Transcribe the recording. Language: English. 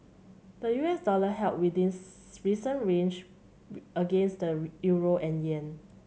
the U S dollar held within recent range against the euro and yen